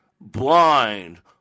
blind